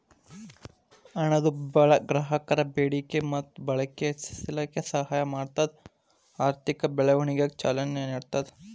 ಹಣದುಬ್ಬರ ಗ್ರಾಹಕರ ಬೇಡಿಕೆ ಮತ್ತ ಬಳಕೆ ಹೆಚ್ಚಿಸಲಿಕ್ಕೆ ಸಹಾಯ ಮಾಡ್ತದ ಆರ್ಥಿಕ ಬೆಳವಣಿಗೆಗ ಚಾಲನೆ ನೇಡ್ತದ